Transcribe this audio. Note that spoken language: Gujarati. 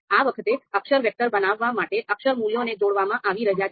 આ વખતે અક્ષર વેક્ટર બનાવવા માટે અક્ષર મૂલ્યોને જોડવામાં આવી રહ્યા છે